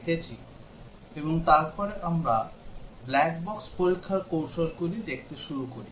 এখনও অবধি আমরা পরীক্ষার বিষয়ে কিছু প্রাথমিক ধারণাটি দেখেছি এবং তারপরে আমরা ব্ল্যাক বক্স পরীক্ষার কৌশলগুলি দেখতে শুরু করি